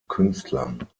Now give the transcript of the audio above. künstlern